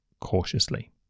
cautiously